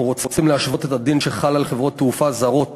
אנחנו רוצים להשוות את הדין שחל על חברות תעופה זרות